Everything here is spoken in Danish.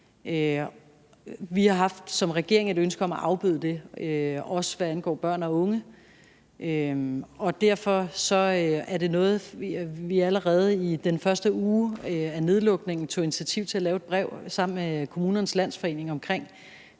Vi har som regering haft et ønske om at afbøde det, også hvad angår børn og unge, og derfor tog vi allerede i den første uge af nedlukningen initiativ til at lave et brev om det sammen med Kommunernes Landsforening.